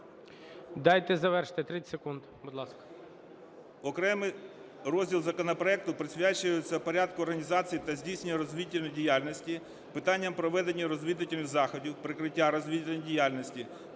Дайте завершити. 30 секунд. Будь ласка.